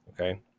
okay